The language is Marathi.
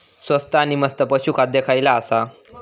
स्वस्त आणि मस्त पशू खाद्य खयला आसा?